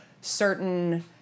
certain